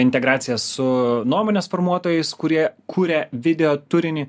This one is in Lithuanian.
integracija su nuomonės formuotojais kurie kūrė video turinį